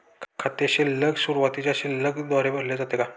खाते शिल्लक सुरुवातीच्या शिल्लक द्वारे मोजले जाते का?